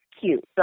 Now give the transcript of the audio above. cute